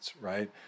right